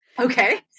Okay